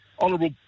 honourable